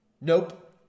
Nope